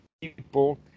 people